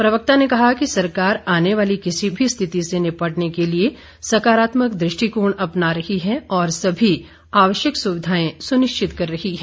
प्रवक्ता ने कहा कि सरकार आने वाली किसी भी स्थिति से निपटने के लिए सकारात्मक दृष्टिकोण अपना रही है और सभी आवश्यक सुविधाएं सुनिश्चित कर रही है